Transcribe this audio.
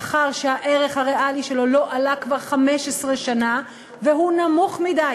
שכר שהערך הריאלי שלו לא עלה כבר 15 שנה והוא נמוך מדי,